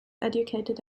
educated